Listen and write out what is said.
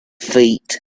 feet